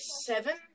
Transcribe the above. seven